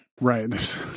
right